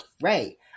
right